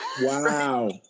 Wow